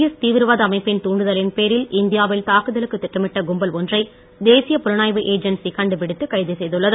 S தீவிரவாத அமைப்பின் தூண்டுதலின் பேரில் இந்தியாவில் தாக்குதலுக்கு திட்டமிட்ட கும்பல் ஒன்றை தேசிய புலனாய்வு ஏஜென்சி கண்டுபிடித்து கைது செய்துள்ளது